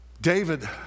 David